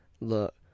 Look